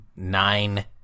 nine